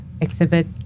exhibit